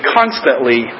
constantly